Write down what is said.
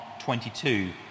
22